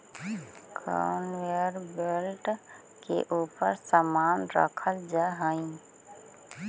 conveyor belt के ऊपर समान रखल जा हई